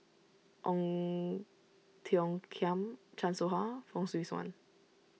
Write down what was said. Ong Tiong Khiam Chan Soh Ha Fong Swee Suan